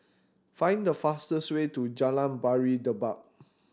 find the fastest way to Jalan Pari Dedap